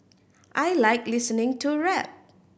I like listening to rap